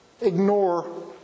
ignore